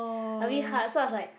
a bit hard so I was like